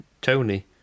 Tony